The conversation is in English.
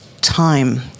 time